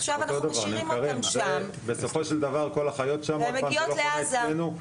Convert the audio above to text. עכשיו אנחנו משאירים אותם שם והן מגיעות לעזה.